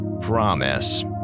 promise